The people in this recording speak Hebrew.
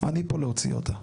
אני פה להוציא אותה.